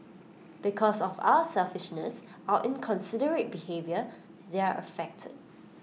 because of our selfishness our inconsiderate behaviour they're affected